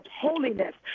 holiness